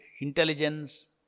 intelligence